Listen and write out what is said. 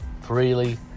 freely